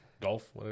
Golf